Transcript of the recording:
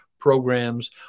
programs